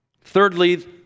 Thirdly